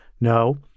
No